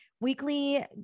weekly